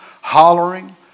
hollering